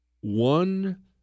One